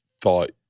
thought